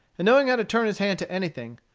and knowing how to turn his hand to anything,